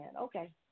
Okay